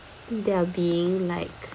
they are being like